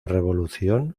revolución